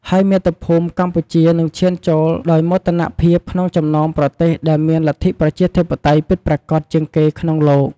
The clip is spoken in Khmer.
ហើយមាតុភូមិកម្ពុជានឹងឈានចូលដោយមោទនភាពក្នុងចំណោមប្រទេសដែលមានលទ្ធិប្រជាធិបតេយ្យពិតប្រាកដជាងគេក្នុងលោក។